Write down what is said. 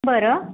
बरं